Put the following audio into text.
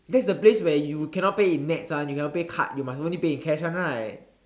that's the place where you cannot pay in nets [one] you cannot pay card you must only pay in cash [one] right